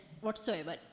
whatsoever